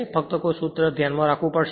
ફક્ત કોઈ સૂત્ર ધ્યાનમાં રાખવું પડશે